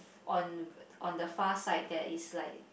on on the far sight there is like